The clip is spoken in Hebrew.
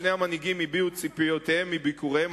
שני המנהיגים הביעו את ציפיותיהם מביקוריהם